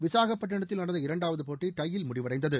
விசாகப்பட்டினத்தில் நடந்த இரண்டாவது போட்டி டை யில் முடிவடைந்தது